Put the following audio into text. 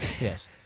Yes